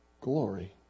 glory